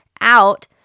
out